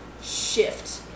shift